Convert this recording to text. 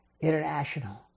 International